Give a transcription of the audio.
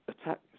attack